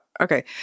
Okay